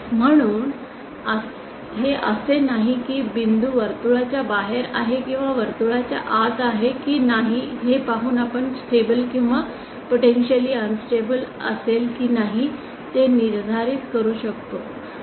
म्हणूनच हे असे नाही की बिंदू वर्तुळाच्या बाहेर आहे किंवा वर्तुळाच्या आत आहे की नाही हे पाहून आपण स्टेबल किंवा पोटेंशिअलि अनन्स्टेबल असेल की नाही ते निर्धारित करू शकतो